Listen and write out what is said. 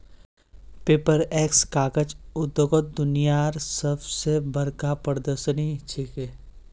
Paperex कागज उद्योगत दुनियार सब स बढ़का प्रदर्शनी छिके